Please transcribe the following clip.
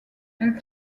elle